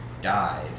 died